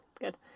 good